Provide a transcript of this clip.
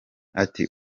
ati